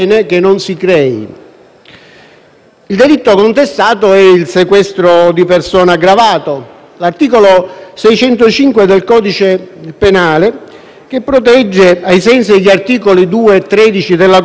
l'articolo 605 del codice penale che protegge, ai sensi degli articoli 2 e 13 della Costituzione, come diritto inviolabile della persona, la libertà personale,